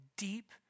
deep